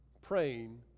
praying